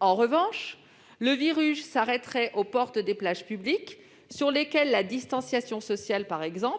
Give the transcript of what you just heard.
En revanche, le virus s'arrêterait aux portes des plages publiques, sur lesquelles la distanciation sociale